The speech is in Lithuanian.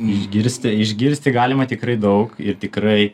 išgirsti išgirsti galima tikrai daug ir tikrai